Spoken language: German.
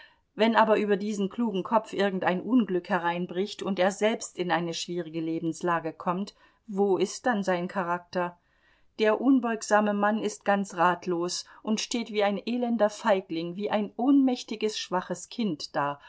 wenn aber über diesen klugen kopf irgendein unglück hereinbricht und er selbst in eine schwierige lebenslage kommt wo ist dann sein charakter der unbeugsame mann ist ganz ratlos und steht wie ein elender feigling wie ein ohnmächtiges schwaches kind da